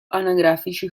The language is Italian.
anagrafici